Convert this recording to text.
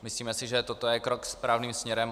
Myslíme si, že toto je krok správným směrem.